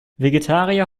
vegetarier